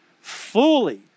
fully